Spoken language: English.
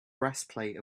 breastplate